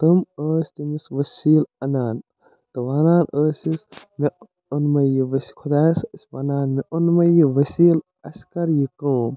تِم ٲسۍ تٔمِس ؤسیٖل اَنَان تہٕ وَنان ٲسِس مےٚ اونمٕے یہِ ؤسۍ خۄدایَس ٲسۍ وَنان مےٚ اوٚنمٕے یہِ ؤسیٖل اَسہِ کَر یہِ کٲم